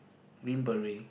mint beret